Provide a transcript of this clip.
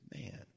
man